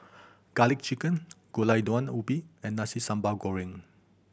Garlic Chicken Gulai Daun Ubi and Nasi Sambal Goreng